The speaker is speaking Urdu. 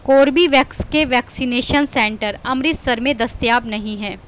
کوربیویکس کے ویکسینیشن سینٹر امرتسر میں دستیاب نہیں ہیں